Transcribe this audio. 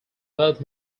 both